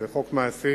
זה חוק מעשי,